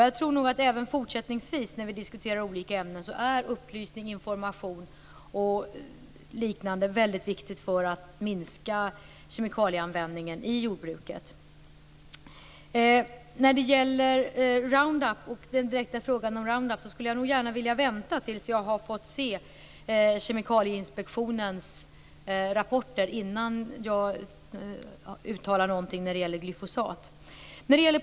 Jag tror nog att det även fortsättningsvis när vi diskuterar olika ämnen är väldigt viktigt med upplysning, information och liknande för att minska kemikalieanvändningen i jordbruket. När det gäller den direkta frågan om Roundup skulle jag nog gärna vilja vänta tills jag har fått se Kemikalieinspektionens rapporter innan jag uttalar någonting när det gäller glyfosat.